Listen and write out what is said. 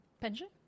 Pension